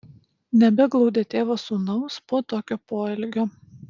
nebeglaudė tėvas sūnaus po tokio poelgio